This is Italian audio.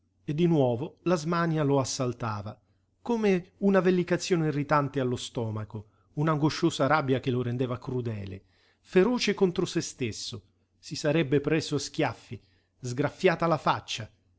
e di nuovo la smania lo assaltava come una vellicazione irritante allo stomaco un'angosciosa rabbia che lo rendeva crudele feroce contro se stesso si sarebbe preso a schiaffi sgraffiata la faccia